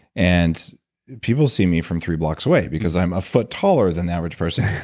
and people see me from three blocks away, because i'm a foot taller than the average person.